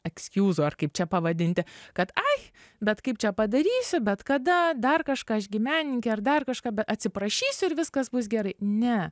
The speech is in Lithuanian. ekskiūzo ar kaip čia pavadinti kad ai bet kaip čia padarysiu bet kada dar kažką aš gi menininkė ar dar kažką be atsiprašysiu ir viskas bus gerai ne